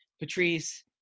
Patrice